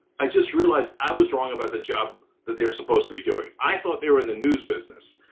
i just realized i was wrong about the job that they're supposed to be doing. i thought they were in the news business.